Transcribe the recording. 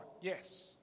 yes